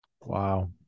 wow